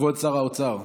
כבוד שר האוצר.